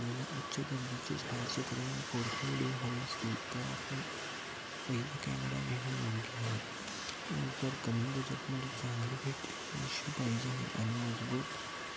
आपल्याला उच्च दर्जाचे छायाचित्रे आणि फोर के व्हिडीओ हवे असतील तर आपण पहिला कॅमेरा घेणे योग्य आहे व जर कमी बजेटमध्ये चांगली बॅटरी व आयुष्य पाहिजे आहे आणि मजबूत